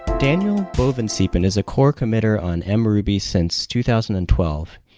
daniel bovensiepen is a core committer on ah mruby since two thousand and twelve.